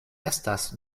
estas